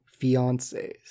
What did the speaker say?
fiancés